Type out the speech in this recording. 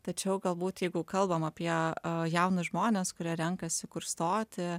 tačiau galbūt jeigu kalbam apie jaunus žmones kurie renkasi kur stoti